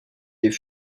les